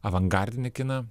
avangardinį kiną